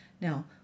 Now